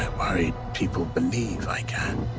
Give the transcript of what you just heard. worried people believe i can.